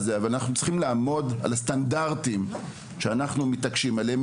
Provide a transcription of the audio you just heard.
אבל אנחנו צריכים לעמוד באיזה שהם סטנדרטים שאנחנו מתעקשים עליהם,